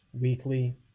Weekly